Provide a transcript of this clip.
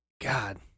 God